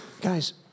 guys